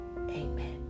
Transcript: amen